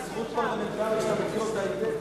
זאת זכות פרלמנטרית שאתה מכיר אותה היטב.